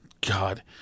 god